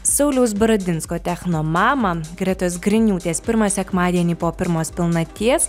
sauliaus baradinsko techno mama gretos griniūtės pirmą sekmadienį po pirmos pilnaties